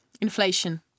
inflation